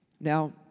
Now